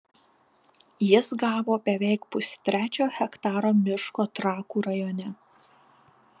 jis gavo beveik pustrečio hektaro miško trakų rajone